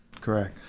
Correct